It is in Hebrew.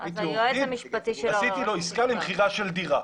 הייתי עורך דין, עשיתי לו עסקה למכירה של דירה.